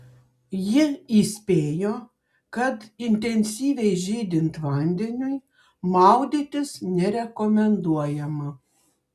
ji įspėjo kad intensyviai žydint vandeniui maudytis nerekomenduojama